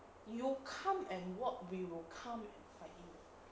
you come and what we will come and fight you